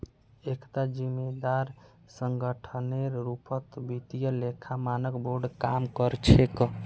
एकता जिम्मेदार संगठनेर रूपत वित्तीय लेखा मानक बोर्ड काम कर छेक